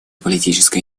политическая